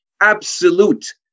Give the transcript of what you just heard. absolute